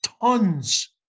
tons